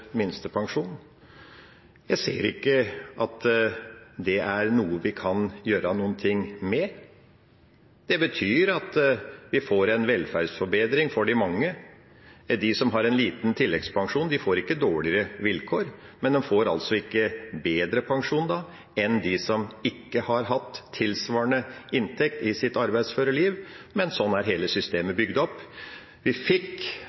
Jeg ser ikke at det er noe vi kan gjøre noen ting med. Det betyr at vi får en velferdsforbedring for de mange. De som har en liten tilleggspensjon, får ikke dårligere vilkår, men de får altså ikke bedre pensjon enn dem som ikke har hatt tilsvarende inntekt i sitt arbeidsføre liv. Men sånn er hele systemet bygd opp. Vi fikk